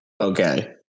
Okay